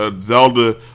Zelda